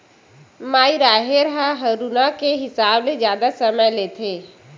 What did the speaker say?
माई राहेर ह हरूना के हिसाब ले जादा समय लेथे